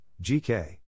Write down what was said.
GK